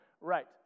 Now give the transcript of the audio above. right